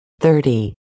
Thirty